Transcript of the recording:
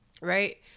right